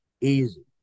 easy